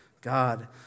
God